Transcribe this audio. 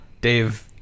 Dave